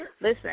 Listen